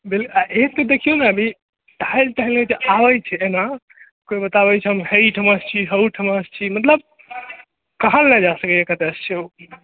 आ एतए देखियौ ने अभी टहलैत टहलैत आबै छै एना कोइ बताबै छै है ई ठमाँसँ छी है ओ ठमाँसँ छी मतलब कहल नहि जाए सकैए कतएसँ छै ओ